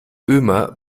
ömer